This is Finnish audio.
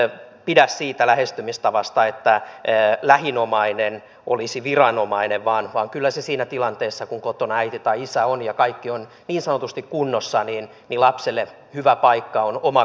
en pidä siitä lähestymistavasta että lähin omainen olisi viranomainen vaan kyllä siinä tilanteessa kun kotona on äiti tai isä ja kaikki on niin sanotusti kunnossa lapselle hyvä paikka on oma kotikin